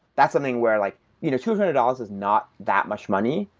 that's something where like you know two hundred dollars is not that much money,